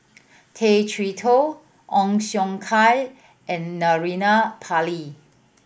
Tay Chee Toh Ong Siong Kai and Naraina Pillai